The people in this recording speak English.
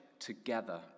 together